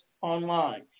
online